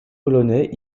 polonais